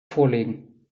vorlegen